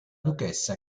duchessa